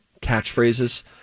catchphrases